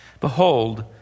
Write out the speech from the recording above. Behold